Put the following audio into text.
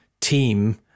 team